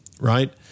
right